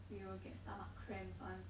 we will get stomach cramps [one]